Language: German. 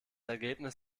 ergebnis